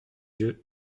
yeux